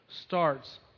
starts